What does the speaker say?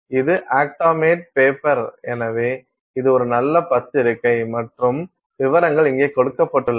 இது ஆக்டா மேட் பேப்பர் எனவே இது ஒரு நல்ல பத்திரிகை மற்றும் விவரங்கள் இங்கே கொடுக்கப்பட்டுள்ளன